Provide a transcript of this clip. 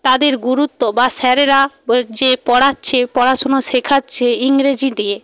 তাদের গুরুত্ব বা স্যারেরা যে পড়াচ্ছে পড়াশোনা শেখাচ্ছে ইংরেজি দিয়ে